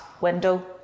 window